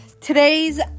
Today's